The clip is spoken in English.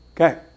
Okay